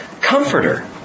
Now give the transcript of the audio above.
Comforter